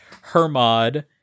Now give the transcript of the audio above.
Hermod